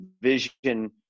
vision